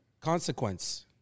Consequence